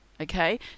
okay